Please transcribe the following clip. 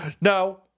No